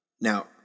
Now